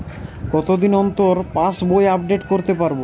কতদিন অন্তর পাশবই আপডেট করতে পারব?